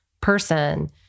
person